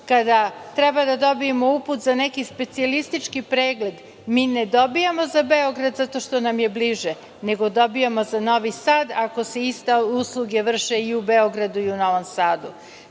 kada treba da dobijemo uput za neki specijalistički pregled. Ne dobijamo za Beograd zato što nam je bliže, nego dobijamo za Novi Sad ako se iste usluge vrše i u Beogradu i u Novom Sadu.